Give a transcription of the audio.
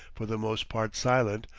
for the most part silent,